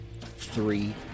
Three